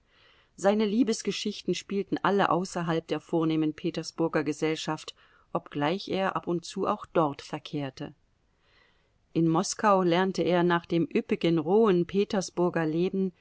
seine liebesgeschichten spielten alle außerhalb der vornehmen petersburger gesellschaft obgleich er ab und zu auch dort verkehrte in moskau lernte er nach dem üppigen rohen petersburger leben